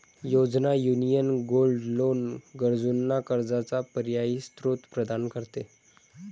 योजना, union gold loan गरजूंना कर्जाचा पर्यायी स्त्रोत प्रदान करते